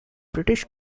british